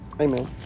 Amen